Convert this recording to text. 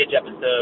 episode